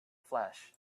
flesh